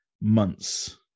months